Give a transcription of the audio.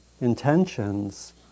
intentions